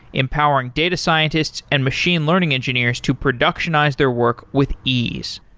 empowering data scientists and machine learning engineers to productionize their work with ease.